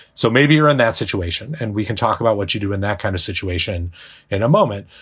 so maybe you're in that situation and we can talk about what you do in that kind of situation in a moment.